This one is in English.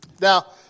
Now